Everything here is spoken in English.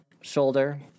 shoulder